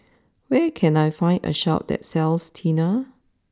where can I find a Shop that sells Tena